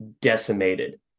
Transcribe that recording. decimated